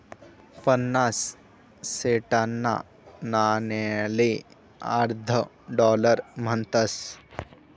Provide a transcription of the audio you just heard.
पन्नास सेंटना नाणाले अर्धा डालर म्हणतस